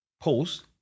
pause